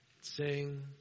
Sing